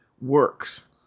works